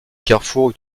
carrefour